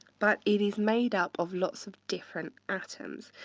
but it is made up of lots of different atoms.